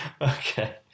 Okay